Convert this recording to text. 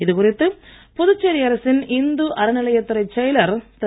இதுகுறித்து புதுச்சேரி அரசின் இந்து அறநிலையத் துறைச் செயலர் திரு